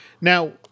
Now